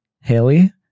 Haley